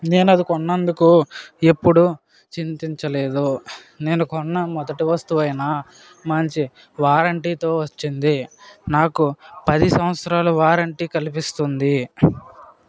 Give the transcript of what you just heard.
నేను అది కొన్నందుకు ఎప్పుడు చింతించలేదు నేను కొన్న మొదటి వస్తువు అయినా మంచి వారంటీతో వచ్చింది నాకు పది సంవత్సరాలు వారంటీ కలిపిస్తుంది